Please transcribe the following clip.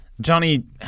Johnny